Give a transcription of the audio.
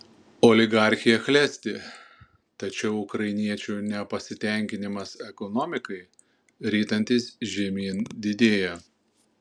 oligarchija klesti tačiau ukrainiečių nepasitenkinimas ekonomikai ritantis žemyn didėja